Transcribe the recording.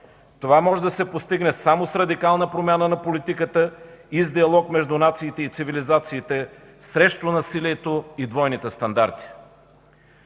Това може да се постигне само с радикална промяна на политиката и с диалог между нациите и цивилизациите срещу насилието и двойните стандарти.